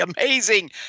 amazing